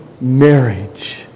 marriage